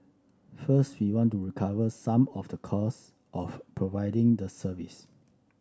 first we want to recover some of the cost of providing the service